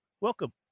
Welcome